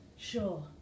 Sure